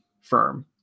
firm